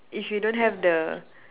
if you don't have the